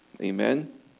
Amen